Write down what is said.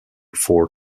four